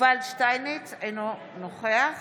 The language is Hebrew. אינו נוכח